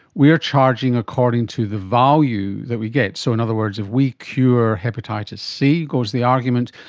we are charging according to the value that we get. so in other words if we cure hepatitis c, goes the argument,